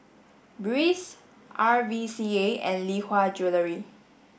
Breeze R V C A and Lee Hwa Jewellery